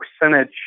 percentage